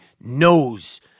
knows